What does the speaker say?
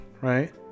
right